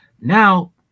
now